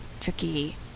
Tricky